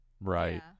right